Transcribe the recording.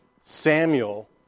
Samuel